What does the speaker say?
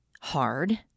hard